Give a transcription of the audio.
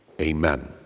Amen